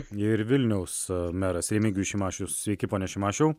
ir vilniaus meras remigijus šimašius sveiki pone šimašiau